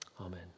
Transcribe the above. Amen